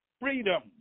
freedom